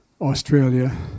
Australia